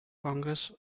congress